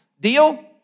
Deal